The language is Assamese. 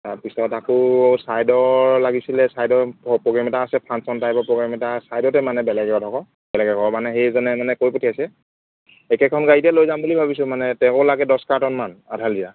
তাৰপিছত আকৌ ছাইডৰ লাগিছিলে ছাইডৰ প প্ৰগ্ৰেম এটা আছে ফাংশ্যন টাইপৰ প্ৰগ্ৰেম এটা ছাইডতে মানে বেলেগ এটা ঘৰ বেলেগ এঘৰ মানে সেইজনে মানে কৈ পঠিয়াইছে একেখন গাড়ীতে লৈ যাম বুলি ভাবিছোঁ মানে তেওঁকো লাগে দহ কাৰ্টনমান আধা লিটাৰ